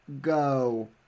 go